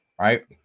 right